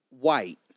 white